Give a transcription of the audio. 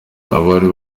abari